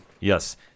Yes